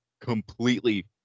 completely